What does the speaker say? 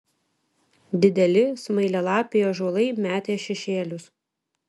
dideli smailialapiai ąžuolai metė šešėlius